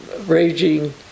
raging